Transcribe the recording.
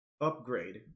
upgrade